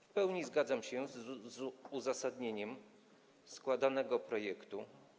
W pełni zgadzam się z uzasadnieniem składanego projektu.